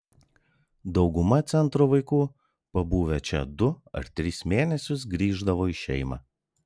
dauguma centro vaikų pabuvę čia du ar tris mėnesius grįždavo į šeimą